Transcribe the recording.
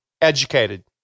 educated